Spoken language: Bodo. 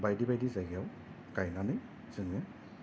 बायदि बायदि जायगायाव गायनानै जोङो